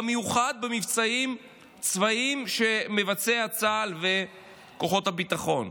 במיוחד במבצעים צבאיים שמבצעים צה"ל וכוחות הביטחון.